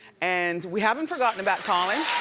and, we haven't forgotten about colin.